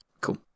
Cool